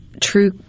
true